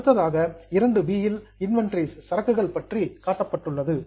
அடுத்ததாக 2 இல் இன்வெண்டரிஸ் சரக்குகள் பற்றி காட்டப்பட்டுள்ளது